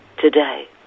today